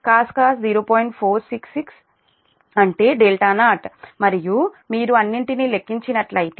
446 అంటే δ0 మరియు మీరు అన్నింటినీ లెక్కించినట్లయితే అది 0